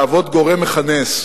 להוות גורם מכנס,